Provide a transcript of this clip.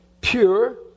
pure